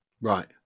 Right